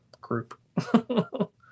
group